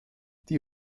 die